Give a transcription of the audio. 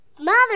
Mother